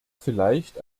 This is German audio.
vielleicht